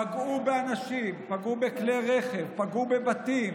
פגעו באנשים, פגעו בכלי רכב, פגעו בבתים,